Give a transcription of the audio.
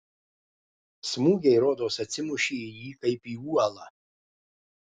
smūgiai rodos atsimušė į jį kaip į uolą